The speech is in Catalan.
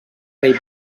rei